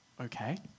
okay